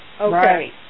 Okay